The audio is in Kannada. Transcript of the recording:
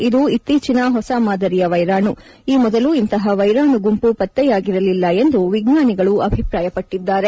ಇದು ಇತ್ತೀಚಿನ ಹೊಸ ಮಾದರಿಯ ವೈರಾಣು ಈ ಮೊದಲು ಇಂತಹ ವೈರಾಣು ಗುಂಪು ಪತ್ತೆಯಾಗಿರಲಿಲ್ಲ ಎಂದು ವಿಜ್ಞಾನಿಗಳು ಅಭಿಪ್ರಾಯಪಟ್ಟದ್ದಾರೆ